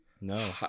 No